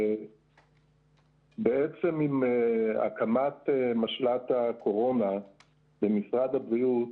בעצם עם הקמת המשל"ט הקורונה במשרד הבריאות,